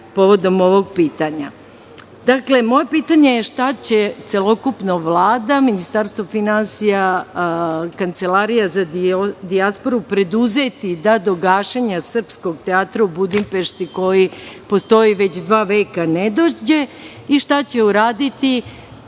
povodom ovog pitanja. Dakle, moje pitanje je – šta će celokupna Vlada, Ministarstvo finansija, Kancelarija za dijasporu preduzeti da do gašenja Srpskog teatra u Budimpešti koji postoji već dva veka ne dođe? I šta će uraditi